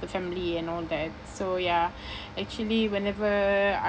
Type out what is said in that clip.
the family and all that so ya actually whenever